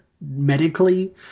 medically